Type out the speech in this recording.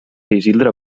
isidre